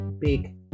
big